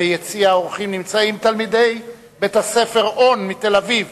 ביציע האורחים נמצאים תלמידי בית-הספר "און" מתל-אביב